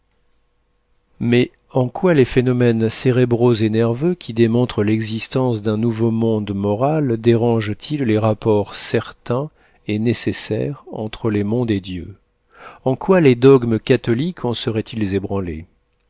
mais en quoi les phénomènes cérébraux et nerveux qui démontrent l'existence d'un nouveau monde moral dérangent ils les rapports certains et nécessaires entre les mondes et dieu en quoi les dogmes catholiques en seraient-ils ébranlés